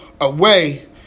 away